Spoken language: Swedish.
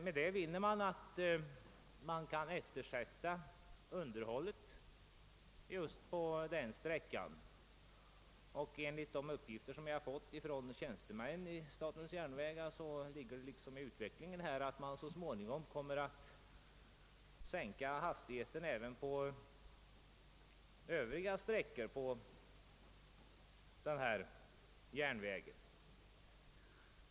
Med detta vinner man att underhållet kan eftersättas på sträckan i fråga. Enligt uppgifter som jag fått från tjänstemän vid statens järnvägar ligger det i linje med utvecklingen att man så småningom kommer att sänka hastigheten även för övriga sträckor på denna järnvägslinje.